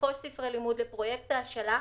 לרכוש ספרי לימוד לפרויקט ההשאלה,